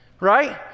right